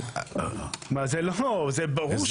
מה, זה לא, זה ברור.